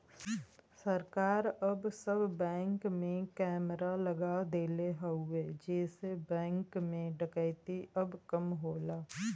सरकार अब सब बैंक में कैमरा लगा देले हउवे जेसे बैंक में डकैती अब कम होला